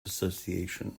association